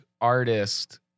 artist